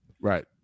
Right